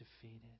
defeated